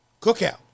Cookout